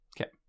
Okay